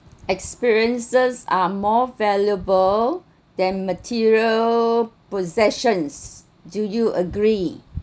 experiences are more valuable than material possessions do you agree